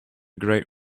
great